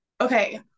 okay